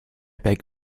beg